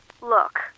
Look